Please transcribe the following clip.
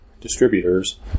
distributors